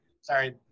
sorry